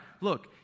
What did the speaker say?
look